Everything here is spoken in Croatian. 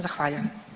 Zahvaljujem.